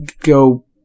go